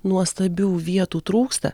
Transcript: nuostabių vietų trūksta